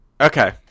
Okay